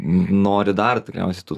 nori dar tikriausiai tų